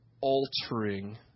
altering